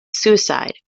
suicide